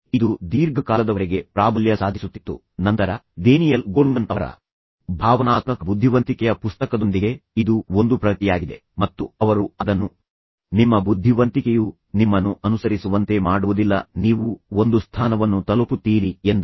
ಈಗ ಇದು ದೀರ್ಘಕಾಲದವರೆಗೆ ಪ್ರಾಬಲ್ಯ ಸಾಧಿಸುತ್ತಿತ್ತು ಮತ್ತು ನಂತರ ಡೇನಿಯಲ್ ಗೋಲ್ಮನ್ ಅವರ ಭಾವನಾತ್ಮಕ ಬುದ್ಧಿವಂತಿಕೆಯ ಪುಸ್ತಕದೊಂದಿಗೆ ಇದು ಒಂದು ಪ್ರಗತಿಯಾಗಿದೆ ಮತ್ತು ಅವರು ಅದನ್ನು ನಿಮ್ಮ ಬುದ್ಧಿವಂತಿಕೆಯು ನಿಮ್ಮನ್ನು ಅನುಸರಿಸುವಂತೆ ಮಾಡುವುದಿಲ್ಲ ನೀವು ಒಂದು ಸ್ಥಾನವನ್ನು ತಲುಪುತ್ತೀರಿ ಎಂದರು